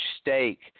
stake